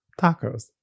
tacos